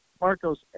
Marcos